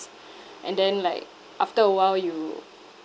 and then like after a while you